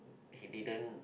he didn't